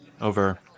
over